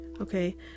okay